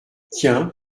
tiens